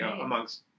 amongst